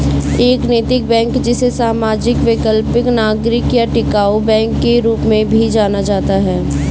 एक नैतिक बैंक जिसे सामाजिक वैकल्पिक नागरिक या टिकाऊ बैंक के रूप में भी जाना जाता है